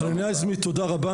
חנניה היזמי, תודה רבה לך.